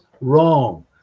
wrong